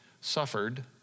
suffered